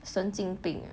神经病